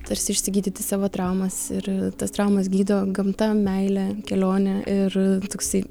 tarsi išsigydyti savo traumas ir tas traumas gydo gamta meile kelione ir taksi